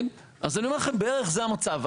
אז בערך זה המצב.